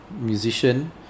musician